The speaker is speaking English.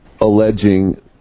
alleging